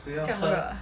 这样热啊